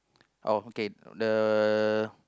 oh okay the